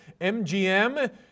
mgm